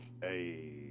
Hey